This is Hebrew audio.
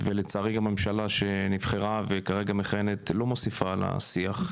ולצערי גם הממשלה שנבחרה וכרגע מכהנת לא מוסיפה לשיח,